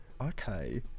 Okay